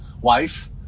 Wife